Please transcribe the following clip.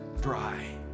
dry